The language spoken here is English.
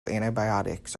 antibiotics